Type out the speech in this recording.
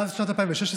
מאז שנת 2016,